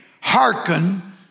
hearken